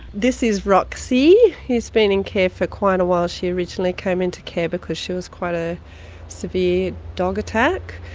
this is roxy, she has been in care for quite a while. she originally came into care because she was quite a severe dog attack,